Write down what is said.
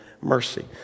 mercy